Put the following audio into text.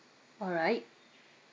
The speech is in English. all right